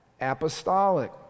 Apostolic